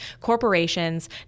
corporations